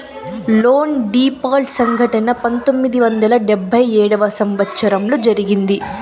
loan default సంఘటన పంతొమ్మిది వందల డెబ్భై ఏడవ సంవచ్చరంలో జరిగింది